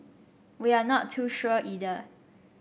we are not too sure either